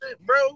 bro